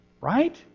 Right